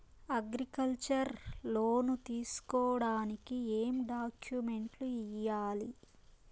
Agriculture loan తీసుకోడానికి ఏం డాక్యుమెంట్లు ఇయ్యాలి?